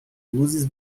luzes